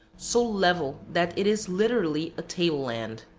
so level that it is literally a table-land.